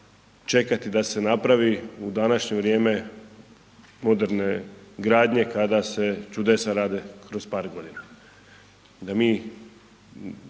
čekati da se napravi u današnje vrijeme moderne gradnje kada se čudesa rade kroz par godina da mi,